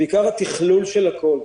זה בעיקר התכלול של הכול,